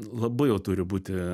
labai jau turi būti